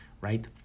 right